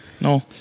No